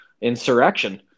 insurrection